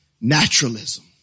naturalism